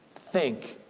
think,